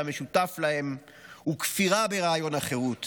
שהמשותף להן הוא כפירה ברעיון החירות